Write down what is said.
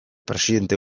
presidente